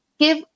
Give